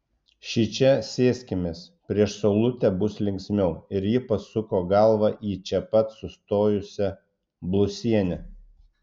šičia sėskimės prieš saulutę bus linksmiau ir ji pasuko galvą į čia pat sustojusią blusienę